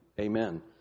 amen